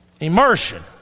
Immersion